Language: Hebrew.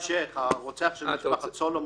--- הרוצח של משפחת סולומון,